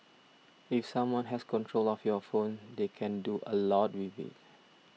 if someone has control of your phone they can do a lot with it